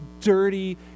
dirty